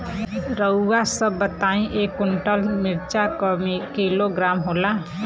रउआ सभ बताई एक कुन्टल मिर्चा क किलोग्राम होला?